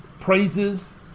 praises